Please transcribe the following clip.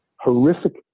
horrific